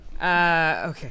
Okay